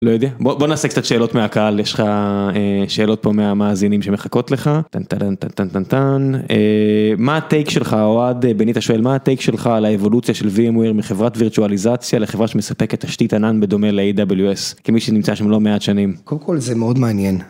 לא יודע בוא נעסק את השאלות מהקהל יש לך שאלות פה מהמאזינים שמחכות לך טנטן טנטן טנטן טנטן מה הטייק שלך אוהד בניתה שואל מה הטייק שלך על האבולוציה של וים ויר מחברת וירצ'ואליזציה לחברה שמספקת תשתית ענן בדומה ל-AWS כמי שנמצא שם לא מעט שנים. קודם כל זה מאוד מעניין.